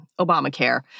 Obamacare